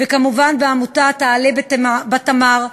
וכמובן עמותת "אעלה בתמר",